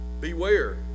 Beware